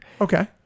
Okay